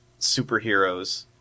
superheroes